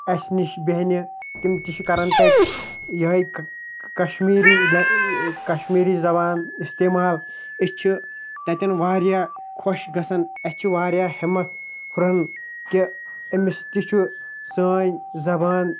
اَسہِ نِش بیٚہنہِ تِم چھِ تہِ کَران تَتہِ یِہَے کٔ کٔ کشمیٖری کشمیٖری زبان استعمال أسۍ چھِ تَتٮ۪ن واریاہ خۄش گَژھن اَسہِ چھُ واریاہ ہٮ۪مَت ہُران کہ أمِس تہِ چھُ سٲنۍ زبان